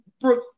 Brooke